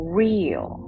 real